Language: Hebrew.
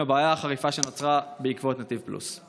עם הבעיה החריפה שנוצרה בעקבות נתיב פלוס?